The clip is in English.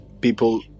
people